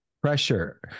pressure